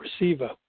receiver